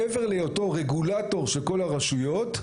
מעבר להיותו רגולטור של כל הרשויות,